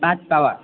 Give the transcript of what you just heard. पाँच पावा